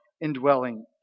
indwelling